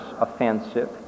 offensive